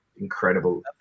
incredible